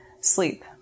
sleep